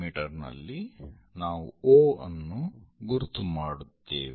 me ನಲ್ಲಿ ನಾವು O ಅನ್ನು ಗುರುತು ಮಾಡುತ್ತೇವೆ